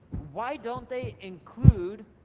why don't they include